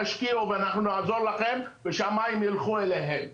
תשקיעו ואנחנו נעזור לכם ושהמים יילכו אליהם,